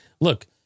Look